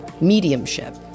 mediumship